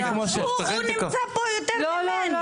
הוא נמצא כאן יותר ממני.